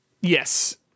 Yes